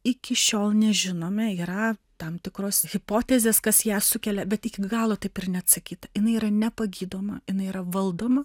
iki šiol nežinome yra tam tikros hipotezės kas ją sukelia bet iki galo taip ir neatsakyta jinai yra nepagydoma jinai yra valdoma